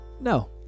no